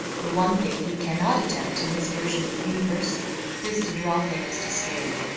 the one thing he cannot attempt in his version of the universe is to draw things to scale.